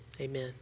amen